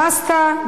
פסטה,